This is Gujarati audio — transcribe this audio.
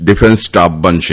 ડિફેન્સ સ્ટાફ બનશે